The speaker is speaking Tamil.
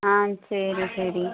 ஆ சரி சரி